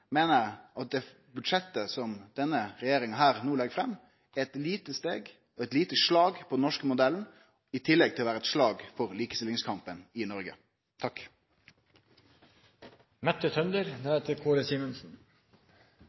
meiner eg at budsjettet som denne regjeringa legg fram, er eit lite steg og eit lite slag mot den norske modellen, i tillegg til å vere eit slag mot likestillingskampen i Noreg.